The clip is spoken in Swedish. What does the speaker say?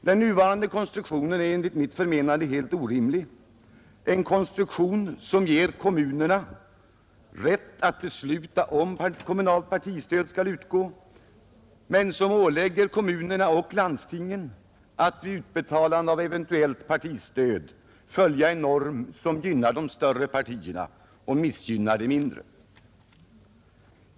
Den nuvarande konstruktionen är helt orimlig — en konstruktion som ger kommunerna rätt att besluta om kommunalt partistöd skall utgå men som ålägger kommunerna och landstingen att vid utbetalande av eventuellt partistöd följa en norm som gynnar de större partierna och missgynnar de mindre.